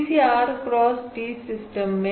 किसी R cross T system में